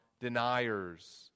deniers